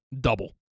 double